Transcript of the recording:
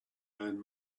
own